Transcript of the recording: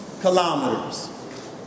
kilometers